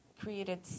created